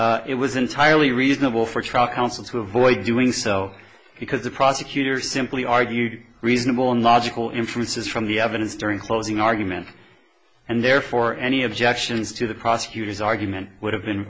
arguments it was entirely reasonable for truck counsel to avoid doing so because the prosecutor simply argued reasonable and logical inferences from the evidence during closing argument and therefore any objections to the prosecutor's argument would have been